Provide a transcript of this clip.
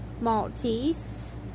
Maltese